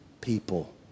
people